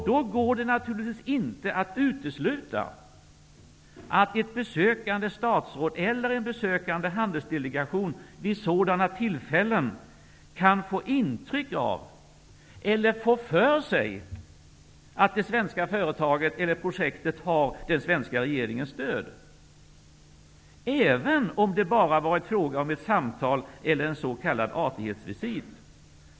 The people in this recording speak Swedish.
Det går naturligtvis inte att utesluta att ett besökande statsråd eller en besökande handelsdelegation vid sådana tillfällen kan få intryck av, eller få för sig, att det svenska företaget eller projektet har den svenska regeringens stöd, även om det bara varit fråga om ett samtal eller en s.k. artighetsvisit.